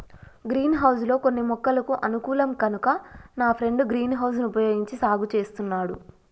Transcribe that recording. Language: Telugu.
గ్రీన్ హౌస్ లో కొన్ని మొక్కలకు అనుకూలం కనుక నా ఫ్రెండు గ్రీన్ హౌస్ వుపయోగించి సాగు చేస్తున్నాడు